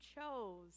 chose